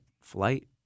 flight